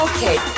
Okay